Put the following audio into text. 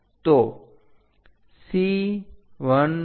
તો C 1 2